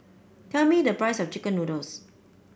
tell me the price of chicken noodles